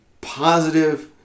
positive